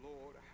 Lord